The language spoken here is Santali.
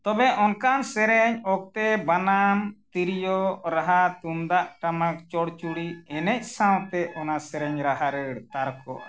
ᱛᱚᱵᱮ ᱚᱱᱠᱟᱱ ᱥᱮᱨᱮᱧ ᱚᱠᱛᱚ ᱵᱟᱱᱟᱢ ᱛᱤᱨᱭᱳ ᱨᱟᱦᱟ ᱛᱩᱢᱫᱟᱜ ᱴᱟᱢᱟᱠ ᱪᱚᱲᱪᱩᱲᱤ ᱮᱱᱮᱡ ᱥᱟᱶᱛᱮ ᱚᱱᱟ ᱥᱮᱨᱮᱧ ᱨᱟᱦᱟ ᱨᱟᱹᱲ ᱛᱟᱨᱠᱚᱜᱼᱟ